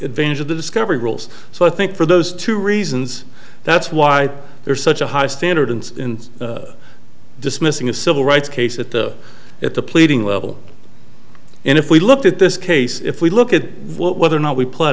advantage of the discovery rules so i think for those two reasons that's why there's such a high standard in dismissing a civil rights case at the at the pleading level and if we look at this case if we look at what whether or not we played